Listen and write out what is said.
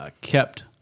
kept